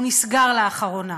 הוא נסגר לאחרונה.